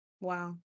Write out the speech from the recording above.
Wow